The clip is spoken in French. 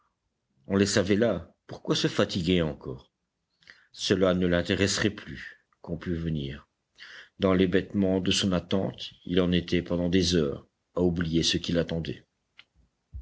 on les savait là pourquoi se fatiguer encore cela ne l'intéressait plus qu'on pût venir dans l'hébétement de son attente il en était pendant des heures à oublier ce qu'il attendait